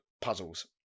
puzzles